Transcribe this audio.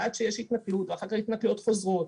עד שיש התנכלות ואחר כך התנכלויות חוזרות,